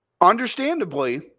understandably